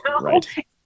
right